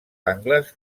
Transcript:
angles